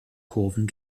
kurven